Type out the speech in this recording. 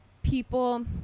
people